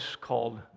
called